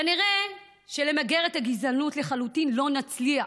כנראה שלמגר את הגזענות לחלוטין לא נצליח,